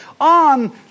on